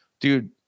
dude